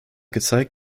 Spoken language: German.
gezeigt